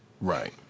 Right